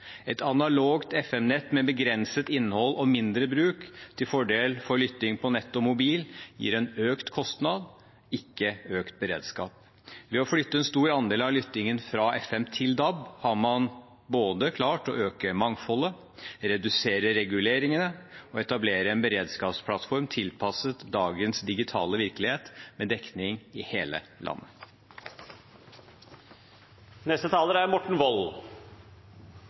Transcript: Et analogt FM-nett med begrenset innhold og mindre bruk, til fordel for lytting på nett og mobil, gir en økt kostnad og ikke økt beredskap. Ved å flytte en stor andel av lyttingen fra FM til DAB har man klart både å øke mangfoldet, redusere reguleringen og etablere en beredskapsplattform tilpasset dagens digitale virkelighet – med dekning i hele landet. Radio – det er